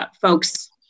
folks